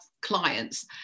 clients